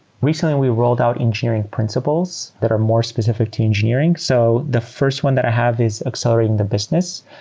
recently we rolled out engineering principles that are more specific to engineering. so the first one that i have is accelerating the business.